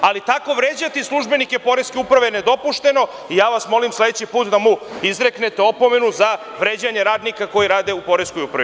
Ali, tako vređati službenike Poreske uprave je nedopušteno i ja vas molim sledeći put da mu izreknete opomenu za vređanje radnika koji rade u Poreskoj upravi.